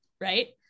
right